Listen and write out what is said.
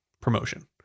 promotion